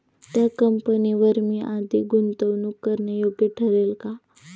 त्या कंपनीवर मी अधिक गुंतवणूक करणे योग्य ठरेल का?